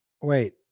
Wait